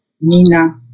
Nina